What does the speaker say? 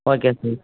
okay sir